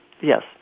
Yes